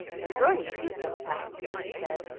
and thorny too sometimes, she said,